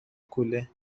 کوله